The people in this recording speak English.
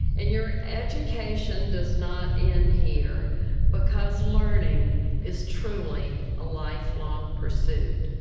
and your education does not end here because learning is truly a lifelong pursuit.